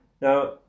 Now